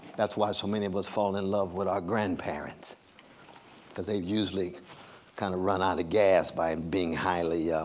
that's why so many of us fall in love with our grandparents because they usually kind of run out of gas by um being highly yeah